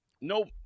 nope